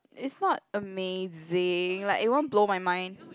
is not amazing like it won't blow my mind